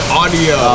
audio